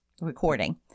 recording